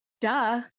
Duh